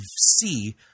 see